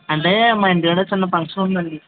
అంటే మా ఇంటికాడ చిన్న ఫంక్షన్ ఉందండి